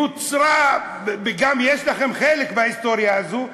וגם לכם יש חלק בהיסטוריה הזאת.